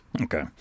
Okay